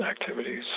activities